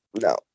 No